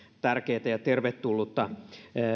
tärkeätä ja tervetullutta